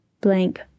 blank